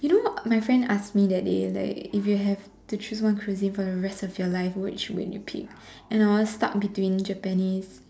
you know my friend asked me that day like if you have to choose one cuisine for the rest of your life which would you pick and I was stuck between Japanese